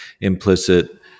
implicit